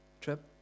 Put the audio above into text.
trip